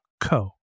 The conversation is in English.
co